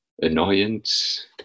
annoyance